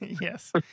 Yes